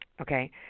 okay